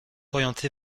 orientée